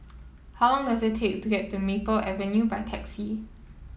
how long does it take to get to Maple Avenue by taxi